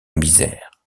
misère